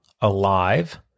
alive